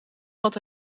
had